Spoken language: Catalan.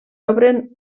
obren